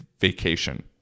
vacation